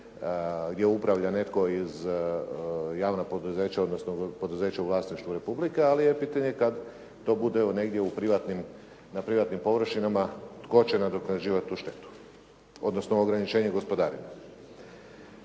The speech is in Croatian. je upravlja netko iz javnog poduzeća, odnosno poduzeća u vlasništvu Republike, ali je pitanje kad to bude negdje na privatnim površinama, tko će nadoknađivati tu štetu, odnosno ograničenje gospodarenja.